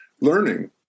learning